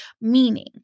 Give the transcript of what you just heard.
meaning